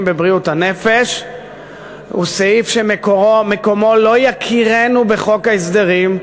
בבריאות הנפש הוא סעיף שמקומו לא יכירנו בחוק ההסדרים.